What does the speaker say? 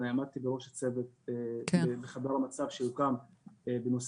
עמדתי בראש הצוות בחדר המצב שהוקם בנושא